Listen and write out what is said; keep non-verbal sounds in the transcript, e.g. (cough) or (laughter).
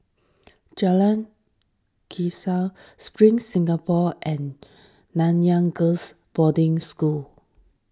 Jalan (unintelligible) Spring Singapore and Nanyang Girls' Boarding School